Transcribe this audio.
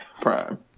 Prime